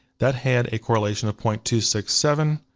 that had a correlation of point two six seven,